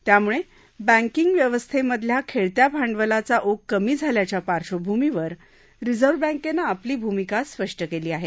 त्यामुळे बैंकिंग व्यवस्थेमधल्या खेळत्या भांडवलाचा ओघ कमी झाल्याच्या पार्श्वभूमीवर रिझर्व बँकेनं आपली भूमिका स्पष्ट केली आहे